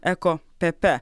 eko pepe